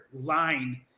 line